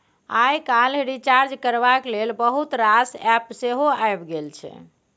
आइ काल्हि रिचार्ज करबाक लेल बहुत रास एप्प सेहो आबि गेल छै